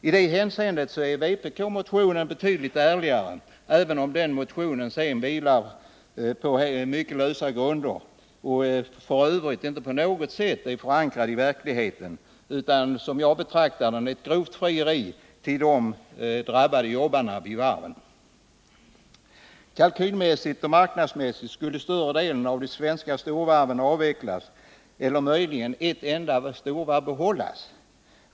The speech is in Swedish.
I det hänseendet är vpk-motionen betydligt ärligare, även om den vilar på mycket lösa grunder och f. ö. inte på något sätt är förankrad i verkligheten utan, som jag betraktar det, är ett grovt frieri till de drabbade jobbarna vid varven. Kalkylmässigt och marknadsmässigt skulle större delen av de svenska storvarven avvecklas eller möjligen ett enda storvarv behållas.